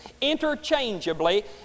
interchangeably